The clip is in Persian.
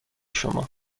شما